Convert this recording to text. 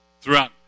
Throughout